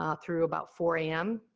um through about four a m.